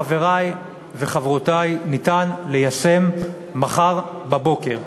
חברי וחברותי, ניתן ליישם מחר בבוקר.